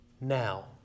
now